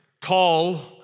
tall